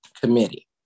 committee